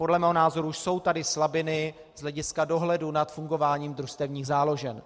Podle mého názoru jsou tady slabiny z hlediska dohledu nad fungováním družstevních záložen.